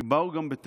כי גם באו בטענות,